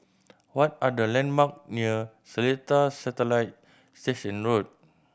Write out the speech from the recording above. what are the landmark near Seletar Satellite Station Road